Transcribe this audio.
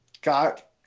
got